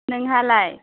नोंहालाय